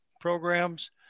programs